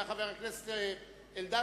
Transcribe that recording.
חבר הכנסת אלדד,